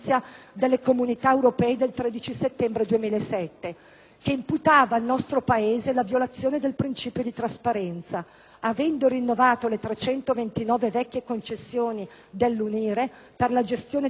che imputava al nostro Paese la violazione del principio di trasparenza, avendo rinnovato le 329 vecchie concessioni dell'UNIRE per la gestione delle scommesse ippiche senza aver esperito la gara d'appalto.